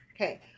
Okay